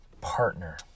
partner